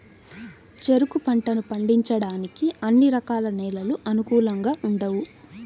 చెరుకు పంటను పండించడానికి అన్ని రకాల నేలలు అనుకూలంగా ఉండవు